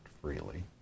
freely